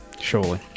Surely